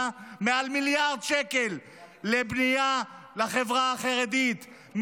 מעל מיליארד שקל לבנייה לחברה החרדית.